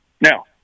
now